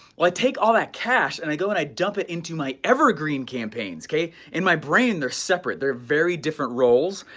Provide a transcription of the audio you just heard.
like take all that cash, and i go and i dump it into my evergreen campaigns, okay. in my brain, they're separate. they're very different roles.